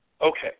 Okay